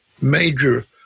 major